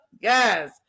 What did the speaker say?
Yes